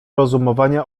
rozumowania